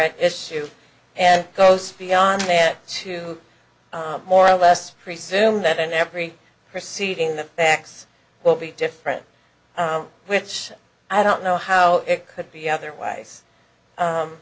at issue and goes beyond that to more or less presume that in every proceeding the facts will be different which i don't know how it could be otherwise